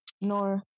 no